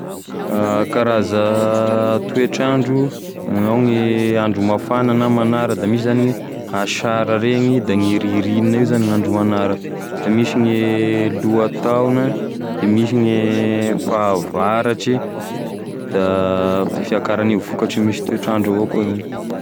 Karaza toetrandro: ao gne andro mafana na magnara, da misy zany asara reny da gne rirignina io zany gn'andro magnara, da misy gne lohataona, da misy gne fahavaratry, da gne fiakarane vokatry miy toetrandro avao koa.